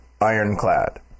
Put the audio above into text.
ironclad